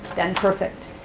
than perfect.